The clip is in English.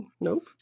Nope